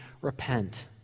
repent